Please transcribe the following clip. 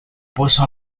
pozo